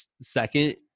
second